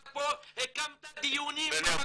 אתה פה הקמת דיונים --- בני,